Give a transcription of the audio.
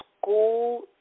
school